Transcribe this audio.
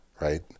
right